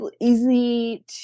easy